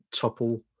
Topple